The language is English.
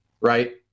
right